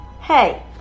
Hey